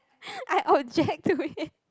I object to it